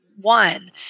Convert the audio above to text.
one